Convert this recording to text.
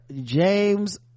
james